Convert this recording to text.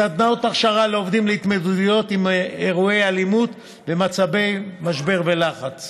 סדנאות הכשרה לעובדים להתמודדויות עם אירועי אלימות במצבי משבר ולחץ,